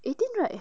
eighteen right